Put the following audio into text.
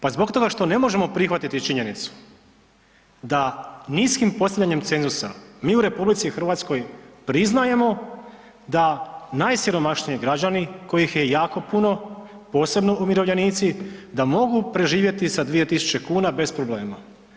Pa zbog toga što ne možemo prihvatiti činjenicu da niskim postavljanjem cenzusa mi u RH priznajemo da najsiromašniji građani, kojih je jako puno, posebno umirovljenici, da mogu preživjeti sa 2000 kuna bez problema.